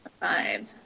five